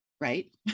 Right